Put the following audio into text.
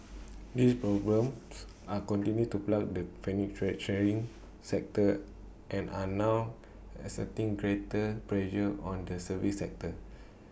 these problems are continued to plague the manufacturing sector and are now exerting greater pressure on the services sector